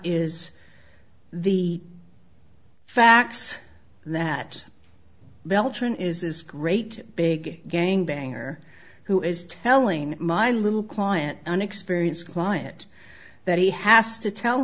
is the facts that beltran is great big gang banger who is telling my little client unexperienced client that he has to tell